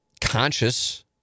conscious